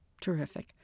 Terrific